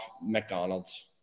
McDonald's